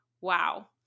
Wow